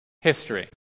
History